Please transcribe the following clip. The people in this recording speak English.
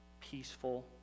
peaceful